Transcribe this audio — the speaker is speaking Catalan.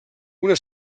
una